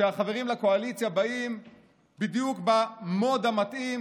שהחברים לקואליציה באים בדיוק ב-mode המתאים